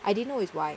I didn't know it's Y